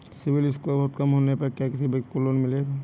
CIBIL score बहुत कम होने पर क्या किसी व्यक्ति को लोंन मिलेगा?